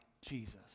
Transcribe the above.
Jesus